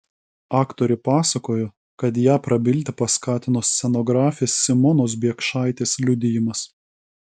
aktorė pasakojo kad ją prabilti paskatino scenografės simonos biekšaitės liudijimas